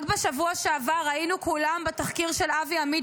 רק בשבוע שעבר ראינו כולם בתחקיר של אבי עמית